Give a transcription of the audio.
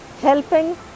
helping